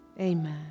Amen